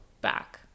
back